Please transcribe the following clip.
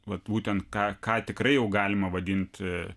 vat būtent ką ką tikrai jau galima vadinti